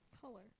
color